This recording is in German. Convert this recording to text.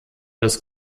das